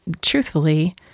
truthfully